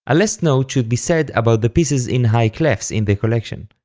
a last note should be said about the pieces in high-clefs in the collection.